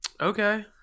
Okay